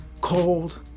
cold